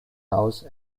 house